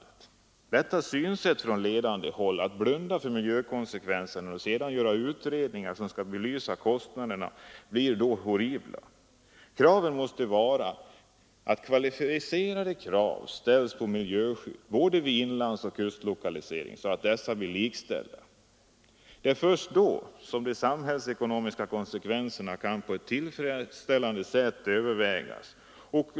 Det är ett felaktigt synsätt från ledande håll att blunda för miljökonsekvenserna vid kusten och sedan göra utredningar som skall belysa kostnaderna för inlandslokalisering. Kostnaderna i det senare fallet blir då horribla. Kvalificerade krav måste ställas i fråga om miljöskydd vid både inlandsoch kustlokalisering, så att båda alternativen blir likställda. Först då kan de samhällsekonomiska konsekvenserna på ett tillfredsställande sätt övervägas.